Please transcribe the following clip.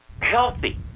healthy